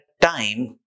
time